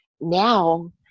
Now